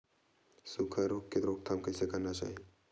सुखा रोग के रोकथाम कइसे करना चाही?